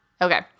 Okay